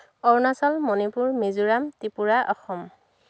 Arunachal Manipur Mizoram Tripura Assam